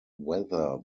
weather